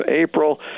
April